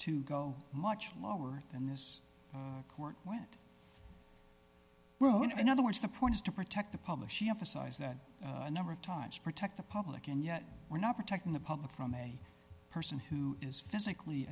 to go much lower than this court went in other words the point is to protect the public she emphasized that a number of times protect the public and yet we're not protecting the public from a person who is physically